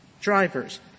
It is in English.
drivers